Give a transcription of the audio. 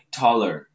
taller